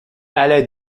allait